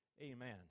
Amen